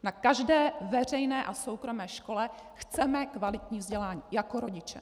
Na každé veřejné a soukromé škole chceme kvalitní vzdělávání jako rodiče.